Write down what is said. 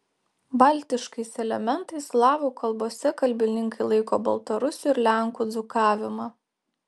baltiškais elementais slavų kalbose kalbininkai laiko baltarusių ir lenkų dzūkavimą